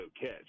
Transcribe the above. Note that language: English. catch